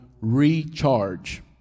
recharge